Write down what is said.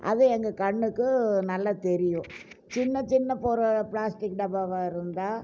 அது எங்கள் கண்ணுக்கு நல்லா தெரியும் சின்ன சின்ன பொருள் பிளாஸ்டிக் டப்பாவாக இருந்தால்